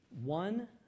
One